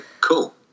cool